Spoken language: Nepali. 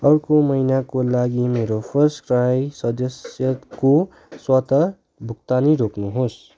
अर्को महिनाको लागि मेरो फर्स्टक्राई सदस्यताको स्वत भुक्तानी रोक्नुहोस्